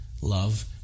love